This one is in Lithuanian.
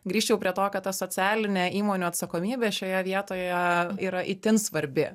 grįžčiau prie to kad ta socialinė įmonių atsakomybė šioje vietoje yra itin svarbi